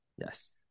Yes